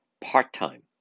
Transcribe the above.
part-time